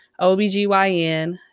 OBGYN